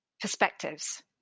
perspectives